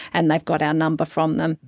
and they've got our number from them.